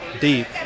deep